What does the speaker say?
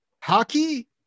Hockey